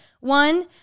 one